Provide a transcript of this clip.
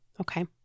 okay